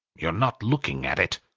you are not looking at it,